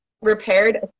repaired